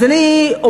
אז אני אומרת,